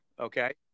Okay